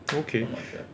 okay